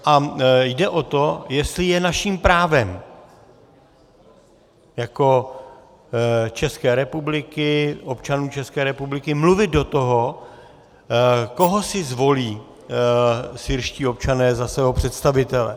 A jde o to, jestli je naším právem jako České republiky, občanů České republiky, mluvit do toho, koho si zvolí syrští občané za svého představitele.